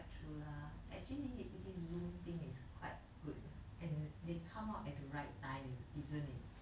quite true lah actually liberty zoom thing is quite good and they come out at the right time is isn't it